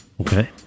Okay